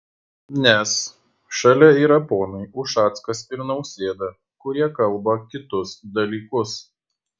nes šalia yra ponai ušackas ir nausėda kurie kalba kitus dalykus